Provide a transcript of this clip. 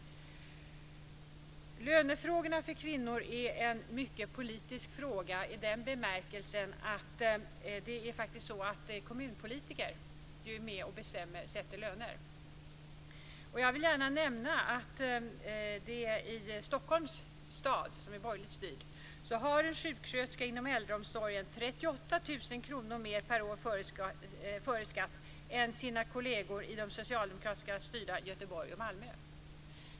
Lönefrågorna är en mycket politisk fråga för kvinnor i den bemärkelsen att kommunpolitiker faktiskt är med och sätter löner. Jag vill gärna nämna att i Stockholms stad, som är borgerligt styrd, har sjuksköterska inom äldreomsorgen 38 000 kr mer per år före skatt än sina kolleger i socialdemokratiskt styrda Göteborg och Malmö.